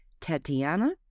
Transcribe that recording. Tatiana